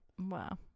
Wow